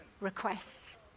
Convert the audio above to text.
requests